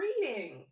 reading